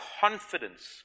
confidence